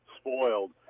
spoiled